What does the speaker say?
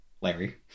Larry